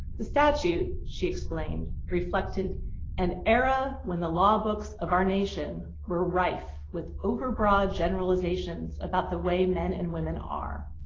the statute, she explained, reflected an era when the law books of our nation were rife with overbroad generalizations about the way men and women are.